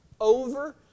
over